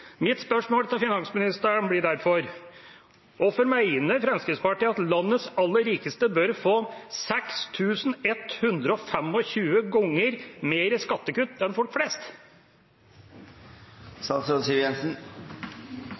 Mitt spørsmål til finansministeren blir derfor: Hvorfor mener Fremskrittspartiet at landets aller rikeste bør få 6 125 ganger mer i skattekutt enn folk flest?